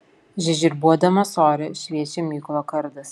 žiežirbuodamas ore šviečia mykolo kardas